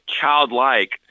childlike